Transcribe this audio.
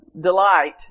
delight